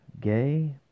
gay